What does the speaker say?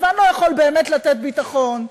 ואני לא יכול באמת לתת ביטחון,